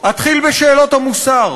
אתחיל בשאלות המוסר.